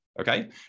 Okay